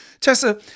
Tessa